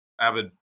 avid